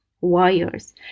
Wires